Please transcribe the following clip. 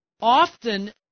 Often